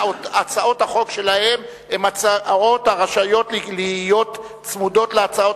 הצעות החוק שלהם הן הצעות הרשאיות להיות צמודות להצעות